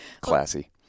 classy